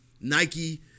Nike